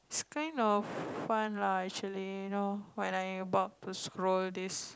it's kind of fun lah actually you know when I about to scroll this